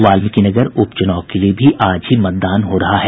वाल्मीकिनगर उपचुनाव के लिये भी आज ही मतदान हो रहा है